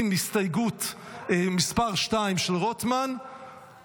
עם הסתייגות מס' 2 של רוטמן,